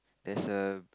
there's a